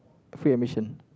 free admission